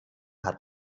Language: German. hat